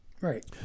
Right